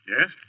Yes